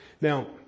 Now